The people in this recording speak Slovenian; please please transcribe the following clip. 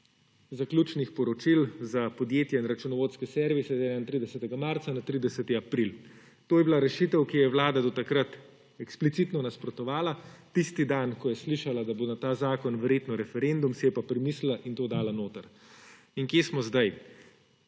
zaključnih poročil za podjetja in računovodske servise z 31. marca na 30. april. To je bila rešitev, ki ji je Vlada do takrat eksplicitno nasprotovala, tisti dan, ko je slišala, da bo na ta zakon verjetno referendum, si je pa premislila in to dala noter. In kje smo zdaj?